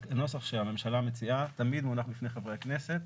הנוסח שהממשלה מציעה תמיד מונח בפני חברי הכנסת,